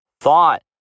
thought